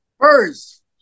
First